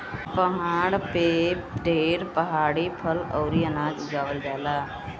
पहाड़ पे ढेर पहाड़ी फल अउरी अनाज उगावल जाला